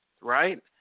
right